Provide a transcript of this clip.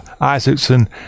Isaacson